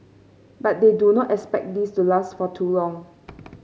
but they do not expect this to last for too long